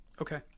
Okay